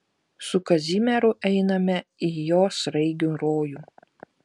su kazimieru einame į jo sraigių rojų